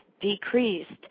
decreased